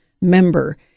member